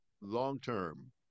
Long-term